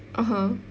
(uh huh)